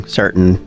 certain